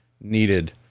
needed